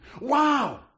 Wow